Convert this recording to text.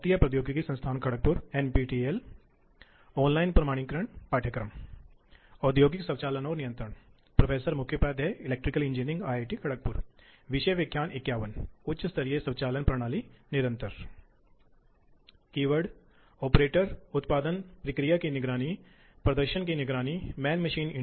keyword मशीनें सामग्री हटाने की दर भाग कार्यक्रम लोड टोक़ बिजली फ़ीड ड्राइव गेंद पेंच सीएनसी मशीनें